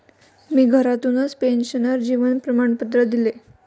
मी घरातूनच पेन्शनर जीवन प्रमाणपत्र दिले